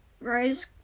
rose